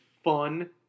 fun